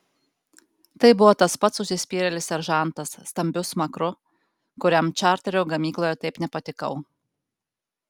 tai buvo tas pats užsispyrėlis seržantas stambiu smakru kuriam čarterio gamykloje taip nepatikau